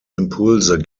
impulse